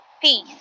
peace